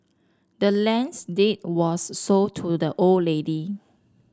the land's deed was sold to the old lady